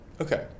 Okay